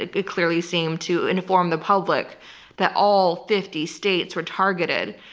it clearly seemed, to inform the public that all fifty states were targeted,